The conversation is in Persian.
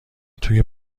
توی